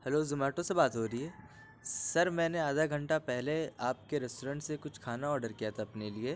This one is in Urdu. ہلو زومیٹو سے بات ہو رہی ہے سر میں نے آدھا گھنٹہ پہلے آپ کے ریسٹورینٹ سے کچھ کھانا آڈر کیا تھا اپنے لیے